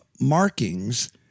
markings